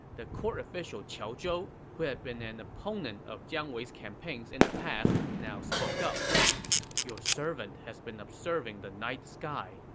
the court official qiao zhou, who had been an opponent of jiang wei's campaigns in the past, now spoke up your servant has been observing the night sky.